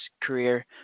career